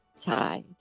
tide